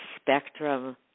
spectrum